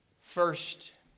First